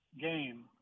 game